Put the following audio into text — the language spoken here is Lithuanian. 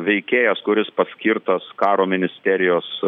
veikėjas kuris paskirtas karo ministerijos